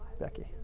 Becky